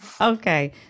Okay